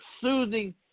soothing